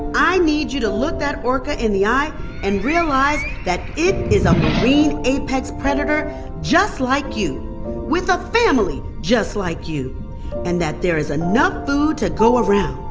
i need you to look that orca in the eye and realize that it is a marine apex predator just like you with a family just like you and that there's enough food to go around.